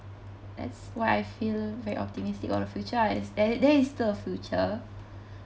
that's why I feel very optimistic about the future ah that is that is the future